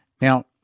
Now